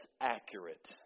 accurate